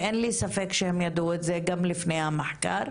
ואין לי ספק שהם ידעו את זה גם לפני המחקר,